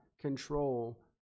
control